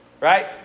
Right